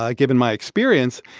ah given my experience,